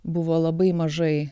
buvo labai mažai